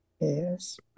Yes